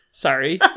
Sorry